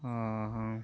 ᱦᱮᱸ ᱦᱮᱸ